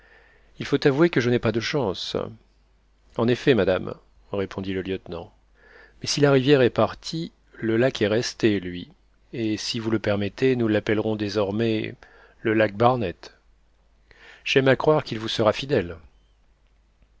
il faut avouer que je n'ai pas de chance en effet madame répondit le lieutenant mais si la rivière est partie le lac est resté lui et si vous le permettez nous l'appellerons désormais le lac barnett j'aime à croire qu'il vous sera fidèle